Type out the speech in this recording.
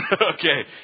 okay